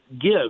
give